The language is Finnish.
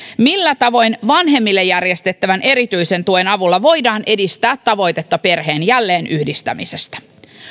millä tavoin vanhemmille järjestettävän erityisen tuen avulla voidaan edistää tavoitetta perheen jälleenyhdistämisestä